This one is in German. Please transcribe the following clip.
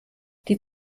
die